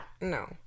no